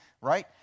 Right